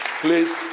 Please